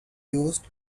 used